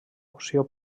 opció